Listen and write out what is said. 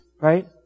right